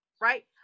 right